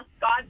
God